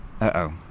Uh-oh